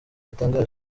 yatangaje